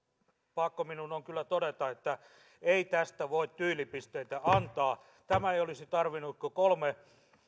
pakko minun on kyllä todeta että ei tästä voi tyylipisteitä antaa tämä ei olisi tarvinnut kuin kolme